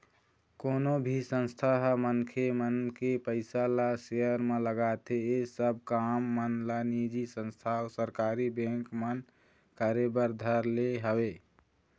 कोनो भी संस्था ह मनखे मन के पइसा ल सेयर म लगाथे ऐ सब काम मन ला निजी संस्था अऊ सरकारी बेंक मन करे बर धर ले हवय